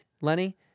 lenny